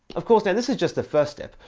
of course and this is just the first step.